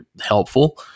helpful